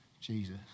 Jesus